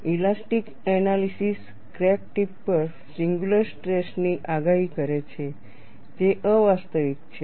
elastic analysis crack tip પર singular સ્ટ્રેસની આગાહી કરે છે જે અવાસ્તવિક છે